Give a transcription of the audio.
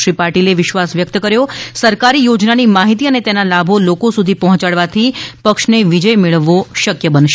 શ્રી પાટીલે વિશ્વાસ વ્યક્ત કર્યો હતો કે સરકારી યોજનાની માહિતી અને તેના લાભો લોકો સુધી પહોંચાડવાથી પક્ષને વિજય મેળવવો શક્ય બનશે